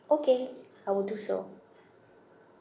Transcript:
okay I will do so